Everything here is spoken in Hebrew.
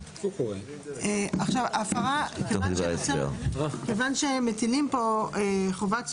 עכשיו, ההפרה, כיוון שמטילים פה חובת סודיות,